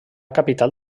capital